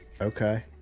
Okay